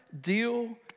deal